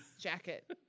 jacket